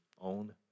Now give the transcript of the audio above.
own